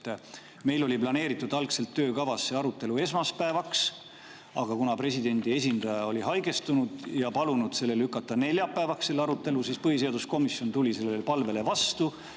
Meil oli planeeritud algselt töökavasse arutelu esmaspäevaks, aga kuna presidendi esindaja oli haigestunud ja palunud lükata selle arutelu neljapäevaks, siis põhiseaduskomisjon tuli sellele palvele vastu